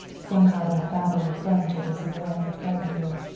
somehow that babel of french at the savoy had frightened her.